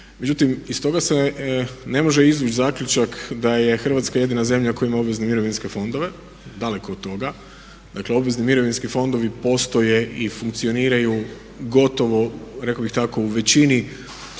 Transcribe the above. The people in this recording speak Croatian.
Međutim, iz toga se ne može izvući zaključak da je Hrvatska jedina zemlja koja ima obvezne mirovinske fondove, dakle od toga, dakle obvezni mirovinski fondovi postoje i funkcioniraju gotovo rekao bih tako u većini